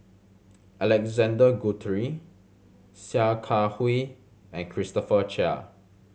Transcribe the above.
Alexander Guthrie Sia Kah Hui and Christopher Chia